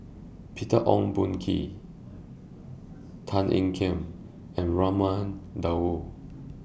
Peter Ong Boon Kwee Tan Ean Kiam and Raman Daud